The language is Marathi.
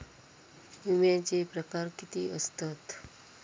विमाचे प्रकार किती असतत?